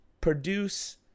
produce